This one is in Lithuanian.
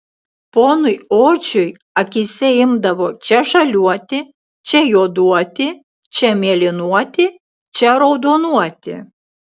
ponui odžiui akyse imdavo čia žaliuoti čia juoduoti čia mėlynuoti čia raudonuoti